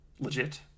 Legit